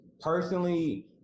personally